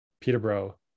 Peterborough